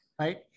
right